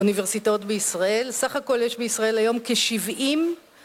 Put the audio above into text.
אוניברסיטאות בישראל סך הכל יש בישראל היום כשבעים